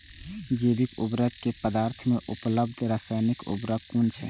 जैविक उर्वरक के बदला में उपलब्ध रासायानिक उर्वरक कुन छै?